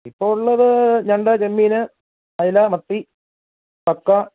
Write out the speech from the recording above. ഇപ്പോൾ ഉള്ളത് ഞണ്ട് ചെമ്മീൻ അയല മത്തി കക്ക